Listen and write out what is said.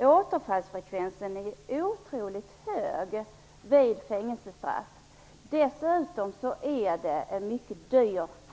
Återfallsfrekvensen är otroligt hög vid fängelsestraff. Dessutom är den strafformen mycket dyr.